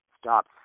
stop